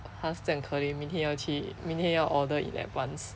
class 这样可怜明天要去明天要 order in advance